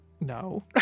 no